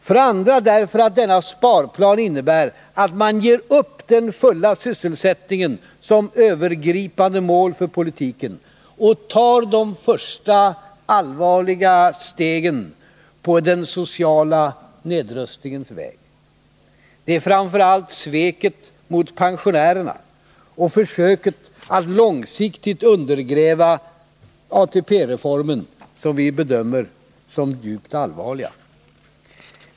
För det andra därför att denna sparplan innebär att man ger upp den fulla sysselsättningen som övergripande mål för politiken och tar de första stegen på den sociala nedrustningens väg. Det är framför allt sveket mot pensionärerna och försöket att långsiktigt undergräva ATP-reformen som vi bedömer som djupt allvarliga.